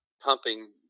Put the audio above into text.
pumping